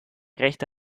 rechte